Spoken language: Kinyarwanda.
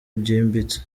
byimbitse